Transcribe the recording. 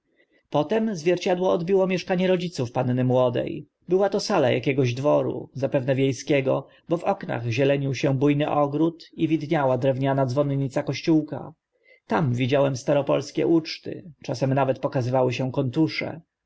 potem zwierciadło odbiło mieszkanie rodziców panny młode była to sala akiegoś dworu zapewne wie skiego bo w oknach zielenił się bu ny ogród i widniała drewniana dzwonnica kościołka tam widziałem staropolskie uczty czasem nawet pokazywały się kontusze